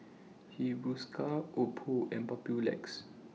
Hiruscar Oppo and Papulex